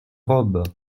robe